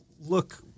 look